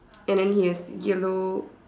and then he has yellow